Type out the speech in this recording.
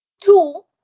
Two